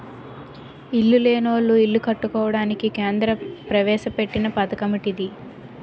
ఇల్లు లేనోళ్లు ఇల్లు కట్టుకోవడానికి కేంద్ర ప్రవేశపెట్టిన పధకమటిది